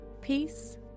peace